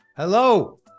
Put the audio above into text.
hello